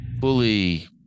fully